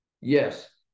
Yes